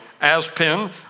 Aspen